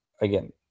Again